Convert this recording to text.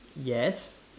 yes